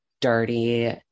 dirty